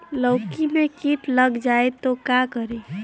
लौकी मे किट लग जाए तो का करी?